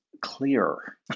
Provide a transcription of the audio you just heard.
clear